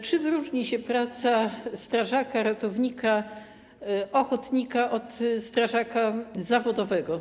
Czym różni się praca strażaka ratownika ochotnika od strażaka zawodowego.